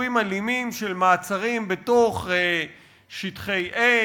סיורים אלימים של מעצרים בתוך שטחי A,